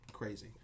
Crazy